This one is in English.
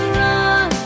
run